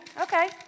Okay